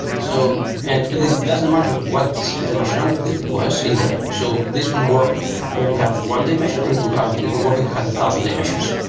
so and and this doesn't matter what the machine um was either. so this would work when you have one dimension or you could have it will work if you had a thousand dimensions.